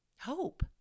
Hope